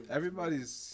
Everybody's